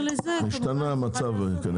השתנה המצב.